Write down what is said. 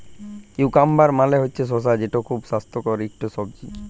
cucumber মালে হছে শসা যেট খুব স্বাস্থ্যকর ইকট সবজি